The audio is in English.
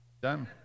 done